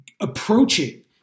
approaching